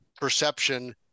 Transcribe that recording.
perception